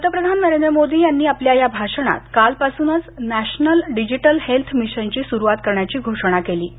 पंतप्रधान नरेंद्र मोदी यांनी आपल्या या भाषणात कालपासूनच नॅशनल डिजिटल हेल्थ मिशनची सुरूवात करण्याची घोषणा केली आहे